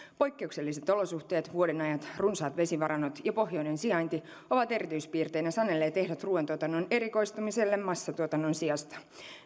poikkeukselliset olosuhteet vuodenajat runsaat vesivarannot ja pohjoinen sijainti ovat erityispiirteinä sanelleet ehdot ruuantuotannon erikoistumiselle massatuotannon sijasta